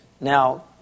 Now